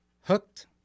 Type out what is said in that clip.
hooked